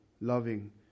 loving